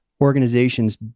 organization's